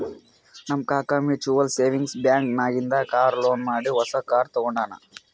ನಮ್ ಕಾಕಾ mutual savings bank ನಾಗಿಂದೆ ಕಾರ್ ಲೋನ್ ಮಾಡಿ ಹೊಸಾ ಕಾರ್ ತಗೊಂಡಾನ್